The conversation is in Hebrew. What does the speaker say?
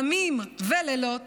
ימים ולילות,